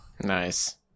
Nice